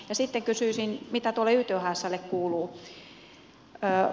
sitten kysyisin mitä ythslle kuuluu